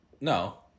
no